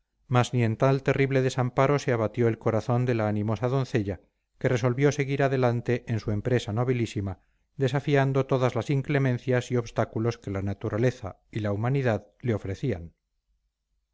mas ni en tan terrible desamparo se abatió el corazón de la animosa doncella que resolvió seguir adelante en su empresa nobilísima desafiando todas las inclemencias y obstáculos que la naturaleza y la humanidad le ofrecían